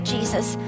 Jesus